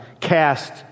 cast